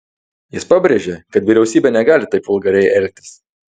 jis pabrėžė kad vyriausybė negali taip vulgariai elgtis